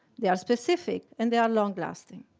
they are specific, and they are long-lasting.